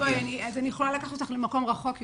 אז אני יכולה לקחת אותך למקום רחוק יותר.